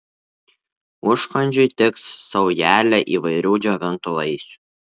užkandžiui tiks saujelė įvairių džiovintų vaisių